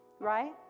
right